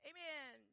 Amen